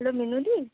hello Minu the